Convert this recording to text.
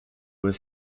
was